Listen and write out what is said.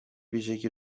ویژگی